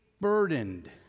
burdened